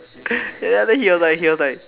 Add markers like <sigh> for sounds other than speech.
<breath> and then after that he was like he was like